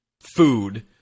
food